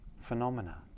phenomena